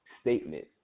statement